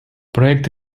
проект